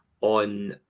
on